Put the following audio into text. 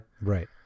Right